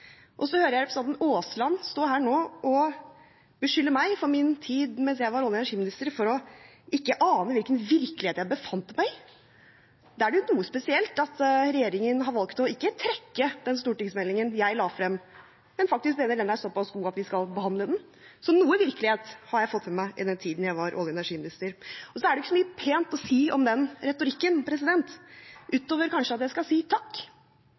Så hørte jeg representanten Aasland sto her nå og beskyldte meg for ikke å ane hvilken virkelighet jeg befant meg i mens jeg var olje- og energiminister. Da er det noe spesielt at regjeringen har valgt ikke å trekke den stortingsmeldingen jeg la frem, men faktisk mener den er såpass god at vi skal behandle den. Så noe virkelighet har jeg fått med meg i den tiden jeg var olje- og energiminister. Det er ikke så mye pent å si om den retorikken, utover at jeg kanskje skal si takk